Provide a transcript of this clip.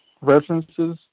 references